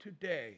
today